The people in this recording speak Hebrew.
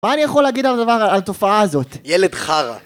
מה אני יכול להגיד על הדבר, על התופעה הזאת? ילד חרא